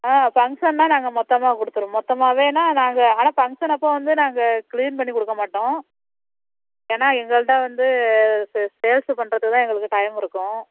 ஆ ஃபங்க்ஷன்னா நாங்கள் மொத்தமாக கொடுத்துருவோம் மொத்தமாகவேன்னா நாங்கள் ஆனால் ஃபங்க்ஷனப்போ வந்து நாங்கள் க்ளீன் பண்ணிக்கொடுக்கமாட்டோம் ஏன்னா எங்கள்கிட்ட வந்து சேல்ஸ் பண்ணுறத்துக்குதான் எங்களுக்கு டைம் இருக்கும்